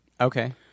Okay